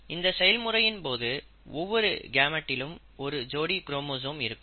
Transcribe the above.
இந்த செயல்முறையின் போது ஒவ்வொரு கேமெட்டிலும் ஒரு ஜோடி குரோமோசோம் இருக்கும்